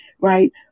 right